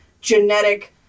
genetic